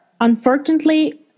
Unfortunately